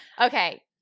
okay